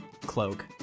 cloak